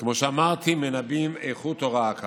כמו שאמרתי, מנבאים איכות הוראה.